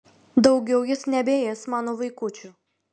daugiau jis nebeės mano vaikučių